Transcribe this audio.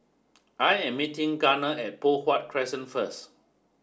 I am meeting Garner at Poh Huat Crescent first